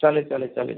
चालेल चालेल चालेल